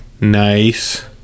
Nice